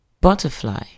Butterfly